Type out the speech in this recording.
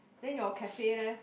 then your cafe leh